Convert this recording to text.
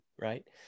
right